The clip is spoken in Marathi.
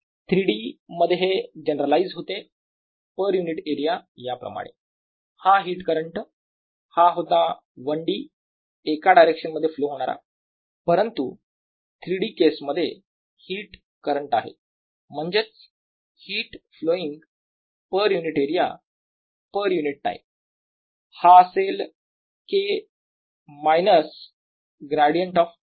3D मध्ये हे जनरलाइज होते पर युनिट एरिया याप्रमाणे हा हिट करंट हा होता 1D एका डायरेक्शन मध्ये फ्लो होणारा परंतु 3D केस मध्ये हीट करंट आहे म्हणजेच heat flowing per unit area per unit time हा असेल minus K gradient of T